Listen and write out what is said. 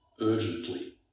urgently